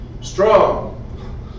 strong